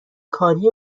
کاری